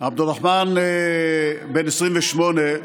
עבד א-רחמן, בן 28,